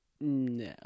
No